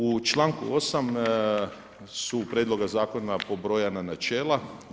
U članku 8. su prijedloga zakona pobrojana načela.